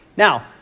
Now